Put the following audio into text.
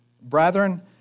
Brethren